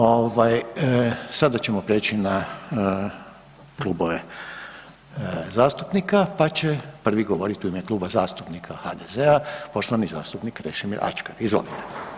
Ovaj, sada ćemo prijeći na klubove zastupnika, pa će prvi govorit u ime Kluba zastupnika HDZ-a poštovani zastupnik Krešimir Ačkar, izvolite.